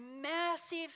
massive